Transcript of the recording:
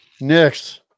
Next